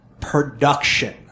production